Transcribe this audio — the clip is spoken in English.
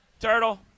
Turtle